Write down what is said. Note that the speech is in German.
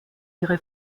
ihre